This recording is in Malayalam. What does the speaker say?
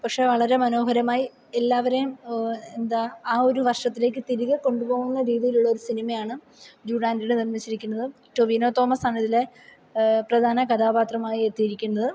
പക്ഷേ വളരെ മനോഹരമായി എല്ലാവരേയും എന്താ ആ ഒരു വർഷത്തിലേക്ക് തിരികെ കൊണ്ടു പോകുന്ന രീതിയിലുള്ളൊരു സിനിമയാണ് ജൂഡ് ആൻ്റണി നിർമ്മിച്ചിരിക്കുന്നത് ടോവിനോ തോമസ് ആണ് ഇതിലെ പ്രധാന കഥാപാത്രമായി എത്തിയിരിക്കുന്നത്